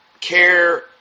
CARE